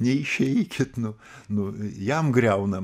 neišeikit nu nu jam griaunam